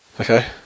Okay